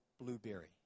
blueberry